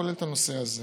כולל את הנושא הזה.